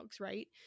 right